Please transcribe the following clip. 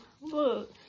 Look